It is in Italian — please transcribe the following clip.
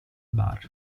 bar